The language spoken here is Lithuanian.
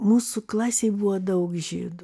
mūsų klasėj buvo daug žydų